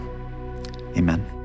amen